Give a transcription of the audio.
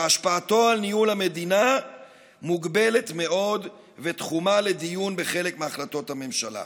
שהשפעתו על ניהול המדינה מוגבלת מאוד ותחומה לדיון בחלק מהחלטות הממשלה.